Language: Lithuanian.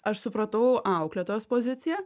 aš supratau auklėtojos poziciją